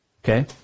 Okay